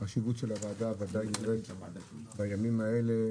החשיבות של הוועדה היא בוודאי בימים האלה.